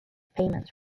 payments